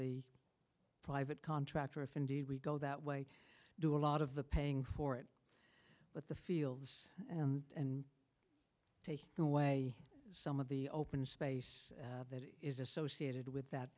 the private contractor if indeed we go that way do a lot of the paying for it but the fields and take away some of the open space that is associated with that